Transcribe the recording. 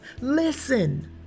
listen